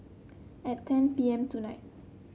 at ten P M tonight